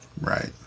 right